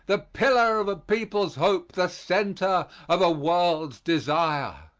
the pillar of a people's hope, the center of a world's desire.